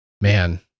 man